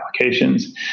applications